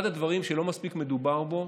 אחד הדברים שלא מספיק מדובר בו